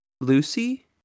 Lucy